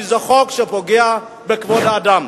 כי זה חוק שפוגע בכבוד האדם.